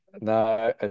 No